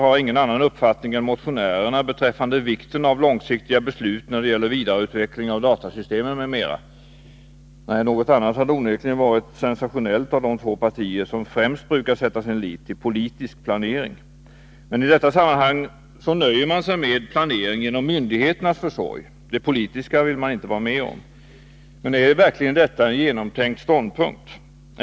har ingen annan uppfattning än motionärerna beträffande vikten av långsiktiga beslut när det gäller vidareutveckling av datasystemen m.m. Något annat hade onekligen varit sensationellt när det gäller de två partier som främst brukar sätta sin lit till politisk planering. Men i detta sammanhang nöjer man sig med planering genom myndigheternas försorg. Det politiska vill man inte vara med om. Är detta verkligen en genomtänkt ståndpunkt?